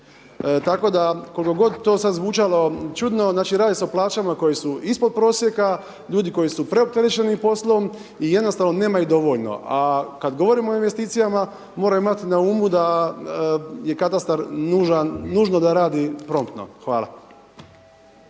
Tako da koliko god to sada zvučalo čudno radi su o plaćama koje su ispod prosjeka, ljudi koji su preopterećeni poslom i jednostavno nema ih dovoljno. A kada govorimo o investicijama moramo imati na umu je katastar nužno da radi promptno. Hvala.